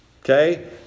Okay